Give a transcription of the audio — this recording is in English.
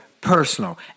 personal